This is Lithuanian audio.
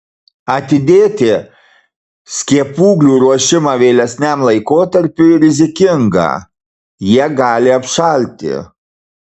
atidėti skiepūglių ruošimą vėlesniam laikotarpiui rizikinga jie gali apšalti